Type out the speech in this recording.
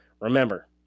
Remember